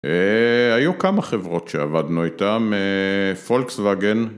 היו כמה חברות שעבדנו איתן, פולקסווגן